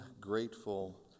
grateful